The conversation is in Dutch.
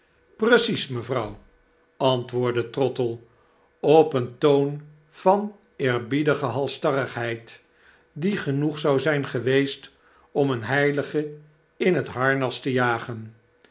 precies me vrouw antwoordde trottle op een toon van eerbiedige halsstarrigheid die genoeg zou zyn geweest om eene heilige in het harnas te jagen